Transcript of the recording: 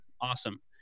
Awesome